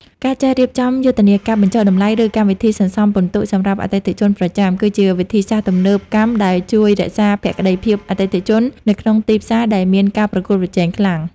ការចេះរៀបចំយុទ្ធនាការបញ្ចុះតម្លៃ ឬកម្មវិធីសន្សំពិន្ទុសម្រាប់អតិថិជនប្រចាំ គឺជាវិធីសាស្ត្រទំនើបកម្មដែលជួយរក្សាភក្តីភាពអតិថិជននៅក្នុងទីផ្សារដែលមានការប្រកួតប្រជែងខ្លាំង។